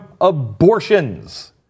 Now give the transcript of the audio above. abortions